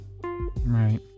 Right